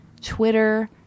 Twitter